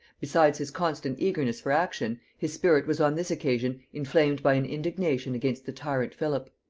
besides his constant eagerness for action, his spirit was on this occasion inflamed by an indignation against the tyrant philip,